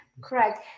correct